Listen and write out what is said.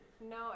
No